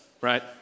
right